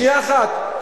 שנייה אחת.